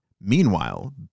Meanwhile